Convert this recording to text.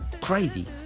Crazy